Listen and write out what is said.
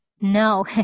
No